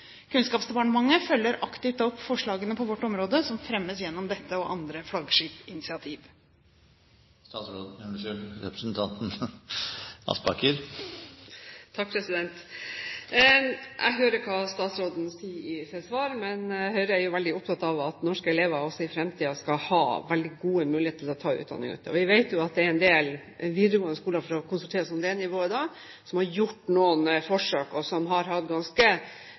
Kunnskapsdepartementet følger aktivt opp forslagene på sitt område som fremmes gjennom dette og andre flaggskipsinitiativ. Jeg hører hva statsråden sier i sitt svar. Men Høyre er jo veldig opptatt av at norske elever også i fremtiden skal ha gode muligheter til å ta utdanning ute. Vi vet at det er en del videregående skoler – for å konsentrere oss om det nivået – som har gjort noen forsøk, og som har hatt ganske